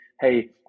hey